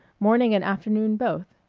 morning and afternoon both.